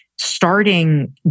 starting